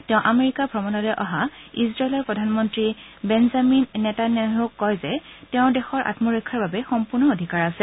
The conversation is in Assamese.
তেওঁ আমেৰিকা ভ্ৰমণলৈ অহা ইজৰাইলৰ প্ৰধানমন্ত্ৰী বেনজামিন নেতানেয়াহুক কয় যে তেওঁৰ দেশৰ আমৰক্ষাৰ বাবে সম্পূৰ্ণ অধিকাৰ আছে